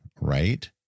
Right